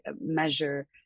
measure